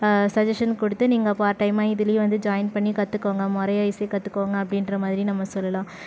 suggestion கொடுத்து நீங்கள் part டைமாக இதிலையும் வந்து ஜாயின் பண்ணி கற்றுக்கோங்க முறையா இசை கற்றுக்கோங்க அப்படின்ற மாதிரி நம்ம சொல்லலாம்